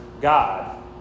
God